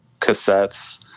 cassettes